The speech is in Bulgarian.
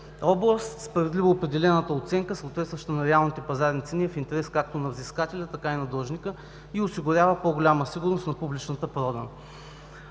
област. Справедливо определената оценка, съответстваща на реалните пазарни цени е в интерес както на взискателя, така и на длъжника и осигурява по-голяма сигурност на публичната продан.